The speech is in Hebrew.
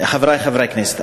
חברי חברי הכנסת,